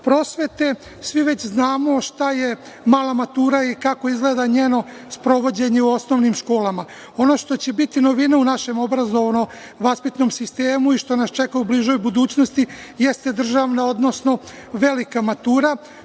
prosvete. Svi već znamo šta je mala matura i kako izgleda njeno sprovođenje u osnovnim školama. Ono što će biti novina u našem obrazovno-vaspitnom sistemu i što nas čeka u bližoj budućnosti jeste državna, odnosno velika matura